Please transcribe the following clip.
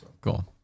Cool